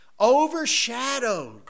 overshadowed